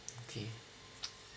okay